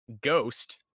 ghost